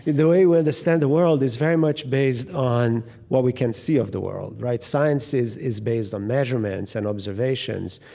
the the way we understand the world is very much based on what we can see of the world, right? science is is based on measurements and observations.